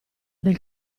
del